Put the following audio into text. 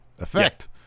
effect